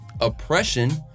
oppression